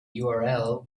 url